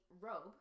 robe